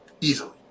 Easily